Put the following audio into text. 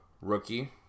Rookie